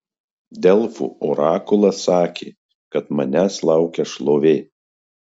delfų orakulas sakė kad manęs laukia šlovė